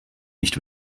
nicht